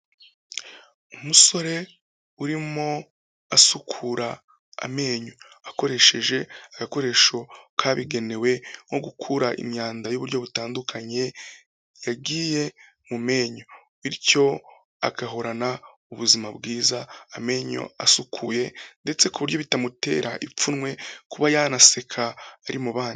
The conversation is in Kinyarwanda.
Umusore urimo asukura amenyo akoresheje agakoresho kabigenewe nko gukura imyanda y'uburyo butandukanye yagiye mu menyo. Bityo agahorana ubuzima bwiza, amenyo asukuye ndetse ku buryo bitamutera ipfunwe kuba yanaseka ari mu bandi.